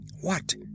What